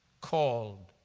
called